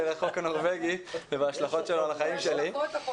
החוק הנורבגי ובהשלכות שלו על החיים שלו.